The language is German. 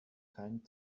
keinen